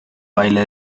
baile